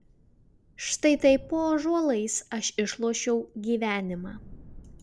štai taip po ąžuolais aš išlošiau gyvenimą